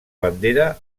bandera